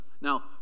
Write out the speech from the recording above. Now